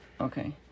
Okay